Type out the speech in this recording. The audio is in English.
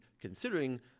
considering